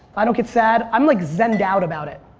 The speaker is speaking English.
i don't get sad. i'm like zen-ed out about it.